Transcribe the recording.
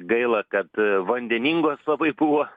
gaila kad vandeningos labai buvo